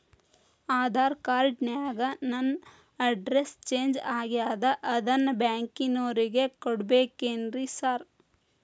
Aadhaar card ನ್ಯಾಗ ನನ್ address change ಆಗ್ಯಾದ ಅದನ್ನ ಬ್ಯಾಂಕಿನೊರಿಗೆ ಕೊಡ್ಬೇಕೇನ್ರಿ ಸಾರ್?